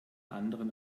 anderen